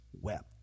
wept